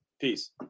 Peace